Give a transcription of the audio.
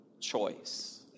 choice